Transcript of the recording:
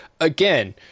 Again